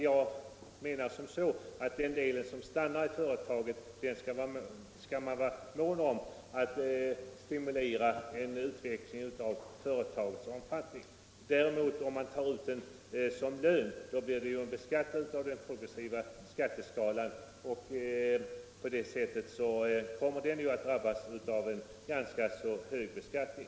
Jag menar att den del som stannar i företaget skall man vara mån om, den innebär en stimulans av företagets utveckling. Om man däremot tar ut vinsten som lön beskattas denna efter den progressiva skatteskalan och på det sättet drabbas den av en ganska hög beskattning.